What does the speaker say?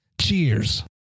Cheers